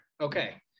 Okay